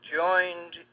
joined